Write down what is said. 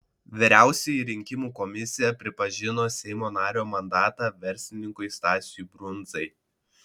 vyriausioji rinkimų komisija pripažino seimo nario mandatą verslininkui stasiui brundzai